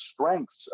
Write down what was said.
strengths